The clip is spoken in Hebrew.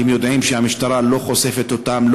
כי הם יודעים שהמשטרה לא חושפת אותם,